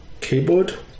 keyboard